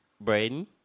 Braden